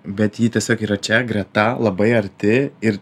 bet ji tiesiog yra čia greta labai arti ir